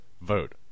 Vote